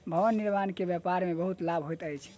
भवन निर्माण के व्यापार में बहुत लाभ होइत अछि